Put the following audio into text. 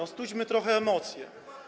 Ostudźmy trochę emocje.